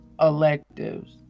electives